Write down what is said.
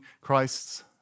Christ's